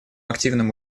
активным